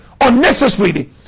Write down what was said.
unnecessarily